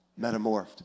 metamorphed